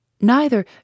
Neither